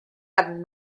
ganddyn